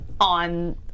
on